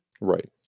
Right